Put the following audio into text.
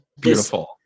beautiful